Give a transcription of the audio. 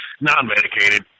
Non-medicated